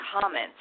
comments